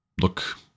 look